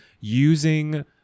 using